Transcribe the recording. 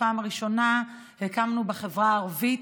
בפעם הראשונה הקמנו בחברה הערבית.